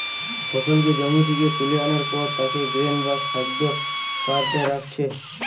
ফসলকে জমি থিকে তুলা আনার পর তাকে গ্রেন বা খাদ্য কার্টে রাখছে